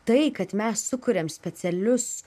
tai kad mes sukuriam specialius